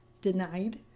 Denied